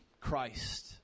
Christ